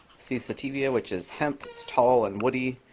c. sativa, which is hemp. it's tall and woody.